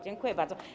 Dziękuję bardzo.